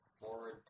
forward